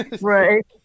Right